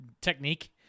technique